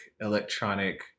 electronic